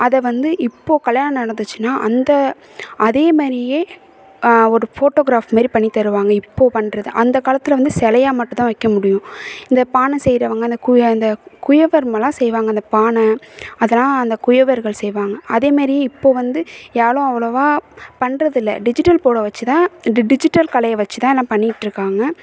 அதை வந்து இப்போது கல்யாணம் நடந்துச்சுன்னால் அந்த அதே மாதிரியே ஒரு போட்டோகிராஃப் மாதிரி பண்ணி தருவாங்க இப்போது பண்ணுறது அந்த காலத்தில் வந்து சிலையா மட்டும் தான் வைக்க முடியும் இந்த பானை செய்கிறவங்க அந்த குய இந்த குயவர்ங்களெலாம் செய்வாங்க இந்த பானை அதெல்லாம் அந்த குயவர்கள் செய்வாங்க அதே மாதிரி இப்போ வந்து யாரும் அவ்வளோவா பண்ணுறது இல்லை டிஜிட்டல் போட வைச்சு தான் இது டிஜிட்டல் கலையை வைச்சு தான் எல்லாம் பண்ணிக்கிட்டு இருக்காங்க